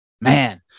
Man